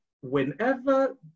whenever